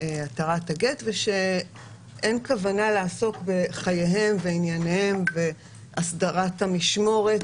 ושאין כוונה לעסוק בחייהם וענייניהם והסדרת המשמורת